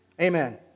Amen